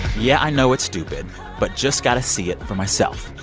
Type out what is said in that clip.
yeah, i know it's stupid but just got to see it for myself.